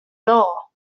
law